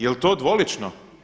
Jel to dvolično?